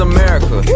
America